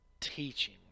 teaching